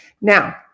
Now